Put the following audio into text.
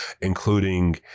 including